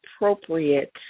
appropriate